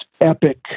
epic